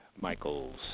Michaels